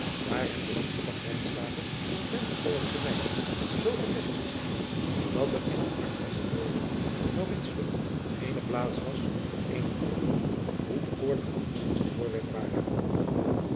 daar hem de liefde van lijnslager omtrent het hollandsch meisje zoo gevestigd scheen dat er in het hart van signore mauritio geene plaats was voor eene andere hoe bekoorlijk anderzins het voorwerp ware